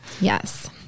Yes